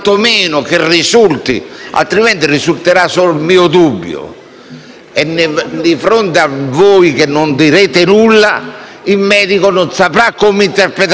di fronte a voi che non dite nulla, il medico non saprà come interpretare il vostro silenzio. Anzi, dal vostro